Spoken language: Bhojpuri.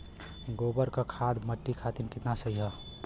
गोबर क खाद्य मट्टी खातिन कितना सही ह?